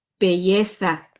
Belleza